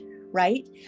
right